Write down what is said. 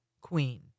queen